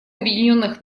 объединенных